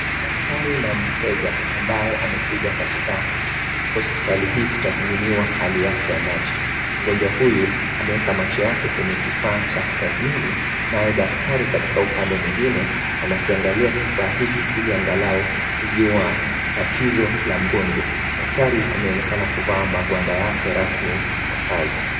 Daktari na mteja ambaye amekuja katika hospitali hii kutathminiwa hali yake ya macho. Mgonjwa huyu ameweka macho yake kwenye kifaa cha kutathmini, naye daktari katika upande mwingine, anakiangalia kifaa hiki ili angalau kujua tatizo la mgonjwa. Daktari ameonekana kuvaa magwanda yake rasmi ya kazi.